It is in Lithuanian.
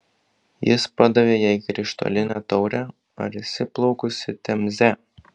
jis padavė jai krištolinę taurę ar esi plaukusi temze